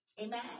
amen